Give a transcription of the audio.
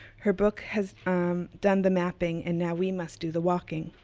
her book has done the mapping, and now we must do the walking.